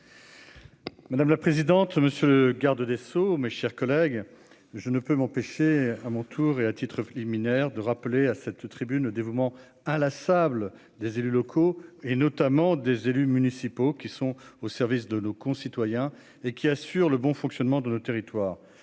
Madame la présidente, monsieur le garde des sceaux, mes chers collègues, je ne peux m'empêcher à mon tour et à titre préliminaire de rappeler à cette tribune le dévouement à la sable des élus locaux et notamment des élus municipaux qui sont au service de nos concitoyens et qui assure le bon fonctionnement de nos territoires,